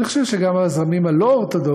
אני חושב שגם הזרמים הלא-אורתודוקסיים